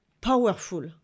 Powerful